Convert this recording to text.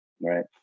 right